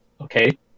Okay